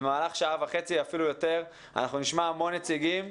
אנחנו נשמע הרבה נציגים,